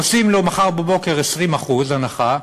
עושים לו מחר בבוקר 20% הנחה,